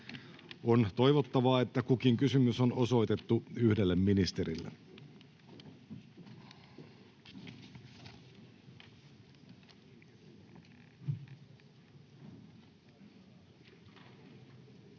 On toivottavaa, että kukin kysymys on osoitettu yhdelle ministerille.